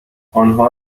آنها